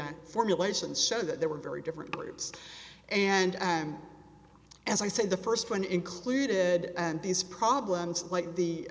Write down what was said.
the formulation said that there were very different leads and as i said the first one included and these problems like the